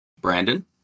Brandon